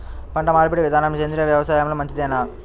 పంటమార్పిడి విధానము సేంద్రియ వ్యవసాయంలో మంచిదేనా?